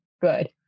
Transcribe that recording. Good